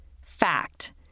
Fact